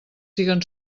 siguen